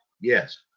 yes